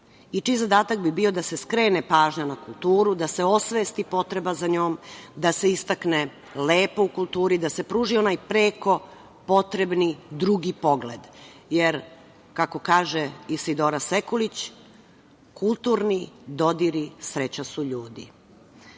i čiji zadatak bi bio da se skrene pažnja na kulturu, da se osvesti potreba za njom, da se istakne lepo u kulturi, da se pruži onaj preko potrebni drugi pogled, jer, kako kaže Isidora Sekulić - kulturni dodiri sreća su